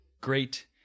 great